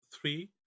three